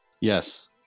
Yes